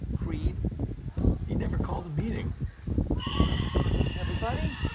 creed he never called a meeting everybody,